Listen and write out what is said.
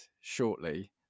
shortly